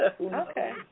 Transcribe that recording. Okay